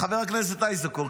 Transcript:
חבר הכנסת איזנקוט,